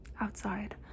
outside